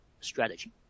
strategy